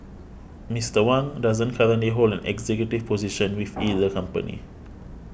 Mister Wang doesn't currently hold an executive position with either company